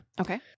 Okay